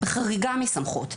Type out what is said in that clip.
חריגה מסמכות.